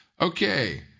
Okay